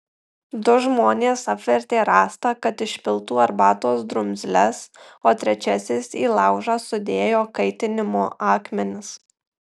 du žmonės apvertė rąstą kad išpiltų arbatos drumzles o trečiasis į laužą sudėjo kaitinimo akmenis